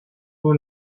who